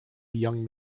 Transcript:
young